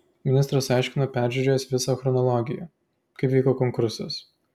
ministras aiškino peržiūrėjęs visą chronologiją kaip vyko konkursas